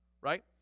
Right